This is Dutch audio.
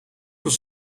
was